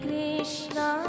Krishna